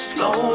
Slow